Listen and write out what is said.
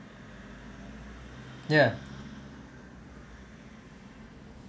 ya